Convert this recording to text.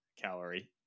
calorie